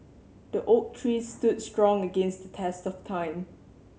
the oak tree stood strong against the test of time